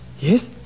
yes